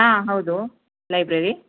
ಹಾಂ ಹೌದು ಲೈಬ್ರೆರಿ